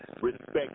respect